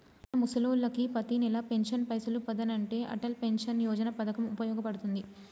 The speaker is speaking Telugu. మన ముసలోళ్ళకి పతినెల పెన్షన్ పైసలు పదనంటే అటల్ పెన్షన్ యోజన పథకం ఉపయోగ పడుతుంది